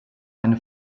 eine